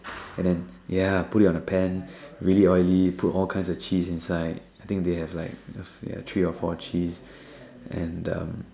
and then ya put it on the pan really oily put all kinds of cheese inside I think they have like three or four cheese and um